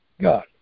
God